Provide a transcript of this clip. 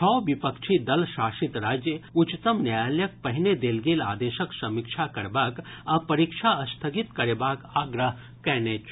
छओ विपक्षी दल शासित राज्य उच्चतम न्यायालयक पहिने देल गेल आदेशक समीक्षा करबाक आ परीक्षा स्थगित करेबाक आग्रह कयने छल